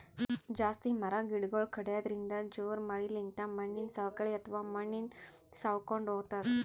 ಜಾಸ್ತಿ ಮರ ಗಿಡಗೊಳ್ ಕಡ್ಯದ್ರಿನ್ದ, ಜೋರ್ ಮಳಿಲಿಂತ್ ಮಣ್ಣಿನ್ ಸವಕಳಿ ಅಥವಾ ಮಣ್ಣ್ ಸವಕೊಂಡ್ ಹೊತದ್